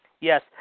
Yes